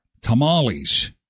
Tamales